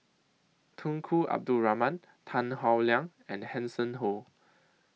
Tunku Abdul Rahman Tan Howe Liang and Hanson Ho